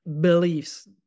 beliefs